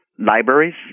Libraries